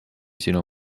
sinu